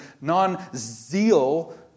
non-zeal